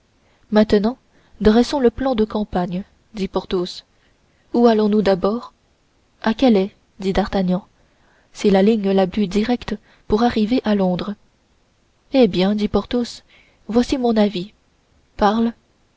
maintenant dressons le plan de campagne dit porthos où allonsnous d'abord à calais dit d'artagnan c'est la ligne la plus directe pour arriver à londres eh bien dit porthos voici mon avis parle